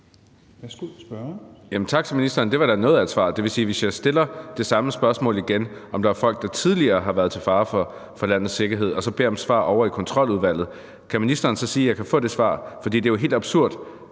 Tak til ministeren. Det var da noget af et svar. Det vil sige, at hvis jeg stiller det samme spørgsmål igen, altså om der er folk, der tidligere har været til fare for landets sikkerhed, og jeg så beder om et svar ovre i Kontroludvalget, så kan ministeren sige, at jeg kan få det svar? For det er jo helt absurd,